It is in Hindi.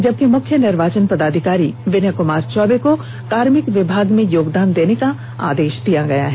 जबकि मुख्य निर्वाचन पदाधिकारी विनय कुमार चौबे को कार्मिक विभाग में योगदान देने का आदेष दिया गया है